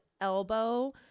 elbow